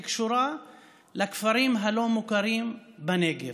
היא קשורה לכפרים הלא-מוכרים בנגב.